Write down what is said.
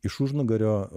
iš užnugario